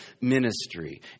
ministry